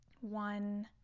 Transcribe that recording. One